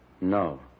No